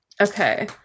okay